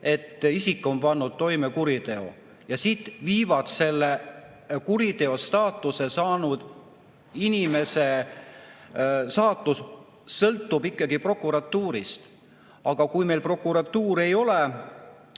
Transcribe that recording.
et isik on pannud toime kuriteo. Ja selle [kurjategija] staatuse saanud inimese saatus sõltub ikkagi prokuratuurist. Aga meil prokuratuur ei ole